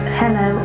hello